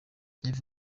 rev